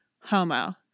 Homo